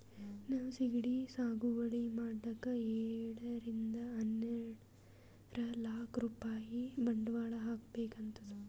ನಾವ್ ಸಿಗಡಿ ಸಾಗುವಳಿ ಮಾಡಕ್ಕ್ ಏಳರಿಂದ ಹನ್ನೆರಡ್ ಲಾಕ್ ರೂಪಾಯ್ ಬಂಡವಾಳ್ ಹಾಕ್ಬೇಕ್ ಆತದ್